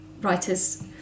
writers